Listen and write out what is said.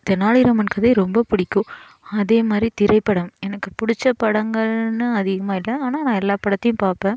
தெனாலிராமன் கதை ரொம்ப பிடிக்கும் அதேமாதிரி திரைப்படம் என்னக்கு பிடிச்ச படங்கள்ன்னு அதிகமாக இல்லை ஆனால் நான் எல்லா படத்தையும் பார்ப்பேன்